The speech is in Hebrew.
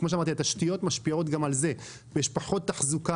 התשתיות משפיעות גם על זה ויש פחות תחזוקה